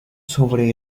sobre